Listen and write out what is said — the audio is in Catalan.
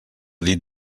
dit